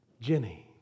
Jenny